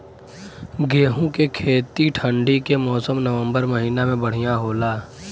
गेहूँ के खेती ठंण्डी के मौसम नवम्बर महीना में बढ़ियां होला?